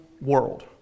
world